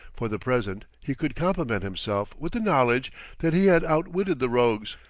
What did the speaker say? for the present he could compliment himself with the knowledge that he had outwitted the rogues,